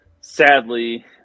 sadly